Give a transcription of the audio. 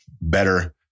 better